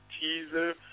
teaser